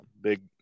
big